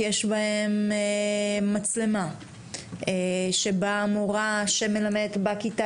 יש בהן מצלמה שבה מורה שמלמדת בכיתה